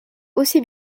aussi